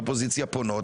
האופוזיציה פונות,